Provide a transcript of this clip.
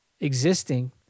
existing